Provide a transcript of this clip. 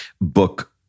book